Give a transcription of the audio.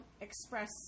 express